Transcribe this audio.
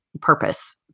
purpose